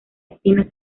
espinas